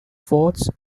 forts